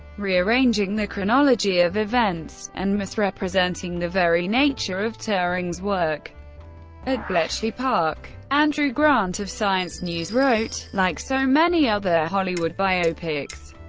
rearranging the chronology of events, and misrepresenting the very nature of turing's work at bletchley park. andrew grant of science news wrote. like so many other hollywood biopics,